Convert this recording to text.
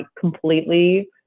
completely